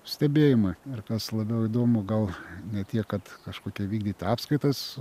stebėjimui ir kas labiau įdomu gal ne tiek kad kažkokią įvykdyt apskaitas